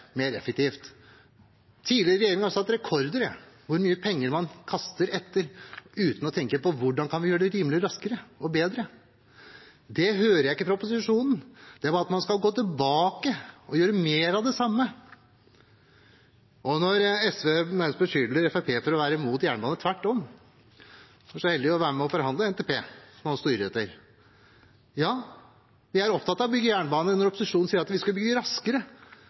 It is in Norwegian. mer effektivt. Tidligere regjeringer har satt rekorder i hvor mye penger man har kastet etter disse utfordringene, uten å tenke på hvordan man kunne gjøre det rimeligere, raskere og bedre. Det hører jeg ikke fra opposisjonen – bare at man skal gå tilbake og gjøre mer av det samme. Når SV nærmest beskylder Fremskrittspartiet for å være mot jernbanen, er det tvert om. Jeg var så heldig å være med og forhandle den NTP-en man nå styrer etter. Ja, vi er opptatt av å bygge jernbane. Når opposisjonen sier at vi skulle bygget raskere,